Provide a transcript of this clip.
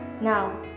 Now